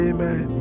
Amen